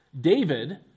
David